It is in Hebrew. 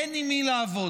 אין עם מי לעבוד,